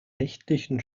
nächtlichen